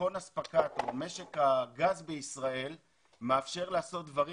ביטחון אספקת משק הגז בישראל מאפשר לעשות דברים